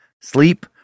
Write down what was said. Sleep